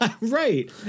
right